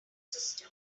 system